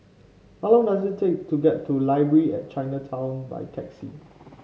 how long does it take to get to Library at Chinatown by taxi